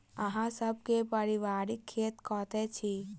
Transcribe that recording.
अहाँ सब के पारिवारिक खेत कतौ अछि?